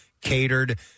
catered